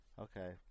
okay